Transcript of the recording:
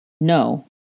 No